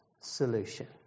solution